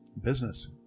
business